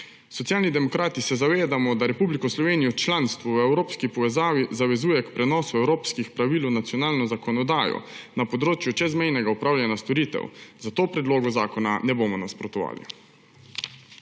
Socialni demokrati se zavedamo, da Republiko Slovenijo članstvo v evropski povezavi zavezuje k prenosu evropskih pravil v nacionalno zakonodajo na področju čezmejnega opravljanja storitev, zato predlogu zakona ne bomo nasprotovali.